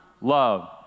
love